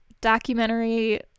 documentary